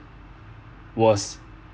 was